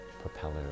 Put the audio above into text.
propeller